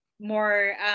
more